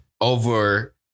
over